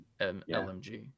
LMG